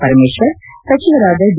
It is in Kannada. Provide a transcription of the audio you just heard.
ಪರಮೇಶ್ವರ್ ಸಚಿವರಾದ ಡಿ